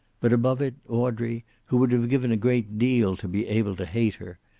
but above it audrey, who would have given a great deal to be able to hate her,